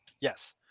Yes